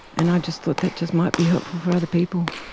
and i just thought that just might be helpful for other people.